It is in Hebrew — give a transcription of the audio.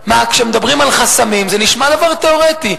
הרי כשמדברים על חסמים זה נשמע דבר תיאורטי.